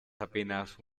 apenas